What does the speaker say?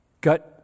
got